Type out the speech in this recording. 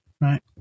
right